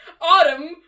Autumn